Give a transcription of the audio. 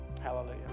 hallelujah